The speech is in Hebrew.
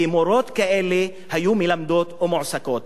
ומורות כאלה היו מלמדות ומועסקות.